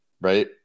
right